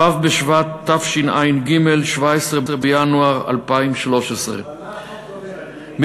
ו' בשבט התשע"ג, 17 בינואר 2013. מה החוק קובע?